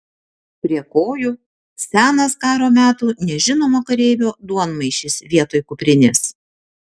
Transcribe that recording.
prie kojų senas karo metų nežinomo kareivio duonmaišis vietoj kuprinės